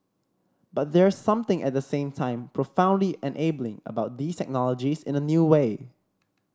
but there's something at the same time profoundly enabling about these technologies in a new way